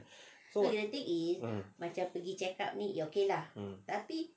so um um